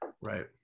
Right